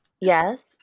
yes